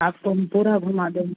आपको हम पूरा घूमा देंगे